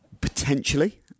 potentially